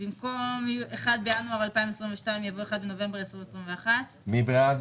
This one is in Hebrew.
במקום 73.24 יבוא 85. מי בעד?